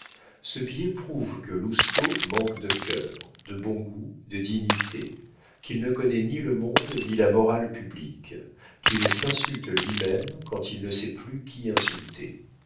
ce billet prouve que lousteau manque de cœur de bon goût de dignité qu'il ne connaît ni le monde ni la morale publique qu'il s'insulte lui-même quand il ne sait plus qui insulter